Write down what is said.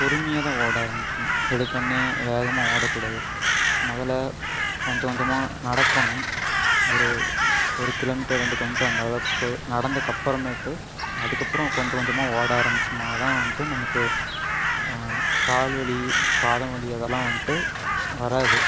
பொறுமையாக தான் ஓட ஆரம்பிக்கணும் எடுத்தோடனே வேகமாக ஓடக்கூடாது முதல்ல கொஞ்ச கொஞ்சமாக நடக்கணும் ஒரு ஒரு கிலோமீட்டர் ரெண்டு கிலோமீட்டர் அந்தளவுக்கு நடந்தக்கப்புறமேட்டு அதுக்கப்புறம் கொஞ்ச கொஞ்சமாக ஓட ஆரமிச்சோம்னால் தான் வந்துட்டு நமக்கு கால் வலி பாதம் வலி அதல்லாம் வந்துட்டு வராது